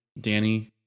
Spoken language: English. Danny